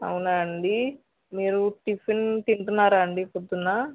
అవునా అండి మీరు టిఫిన్ తింటున్నారా అండి పొద్దున్న